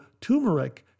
turmeric